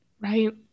Right